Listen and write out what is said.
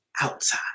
outside